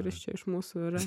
kuris čia iš mūsų yra